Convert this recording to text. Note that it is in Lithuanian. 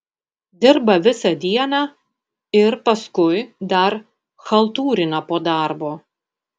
dirba visą dieną ir paskui dar chaltūrina po darbo